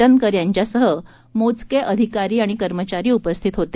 जेकर यांच्यासह मोजके अधिकारी आणि कर्मचारी उपस्थित होते